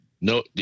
no